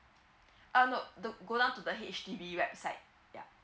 um nope don't go down to the H_D_B website yup